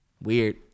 Weird